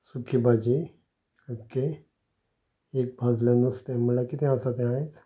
सुकी भाजी ओके एक भाजलें नुस्तें म्हळ्या कितें आसा तें आयज